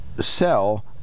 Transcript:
sell